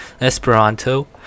Esperanto